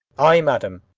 ay, madam.